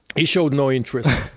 he showed no interest.